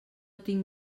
tinc